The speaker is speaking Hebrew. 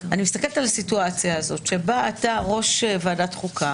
אני מסתכלת על המצב הזה שבו אתה ראש ועדת חוקה